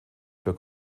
für